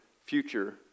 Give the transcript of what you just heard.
future